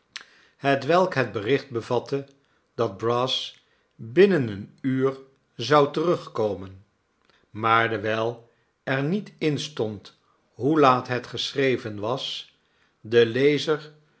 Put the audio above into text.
hetwelk het bericht bevatte dat brass binnen een uur zou terugkomen maar dewijl er niet instond hoe laat het geschreven was den lezer